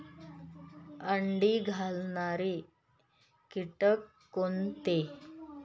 अंडी घालणारे किटक कोणते?